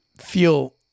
feel